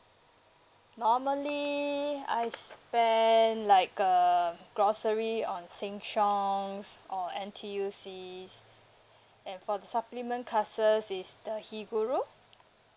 normally I spend like uh grocery on sheng siong or N_T_U_C's and for the supplement classes is the heguru